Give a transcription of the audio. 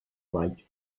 light